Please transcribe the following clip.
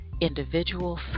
individual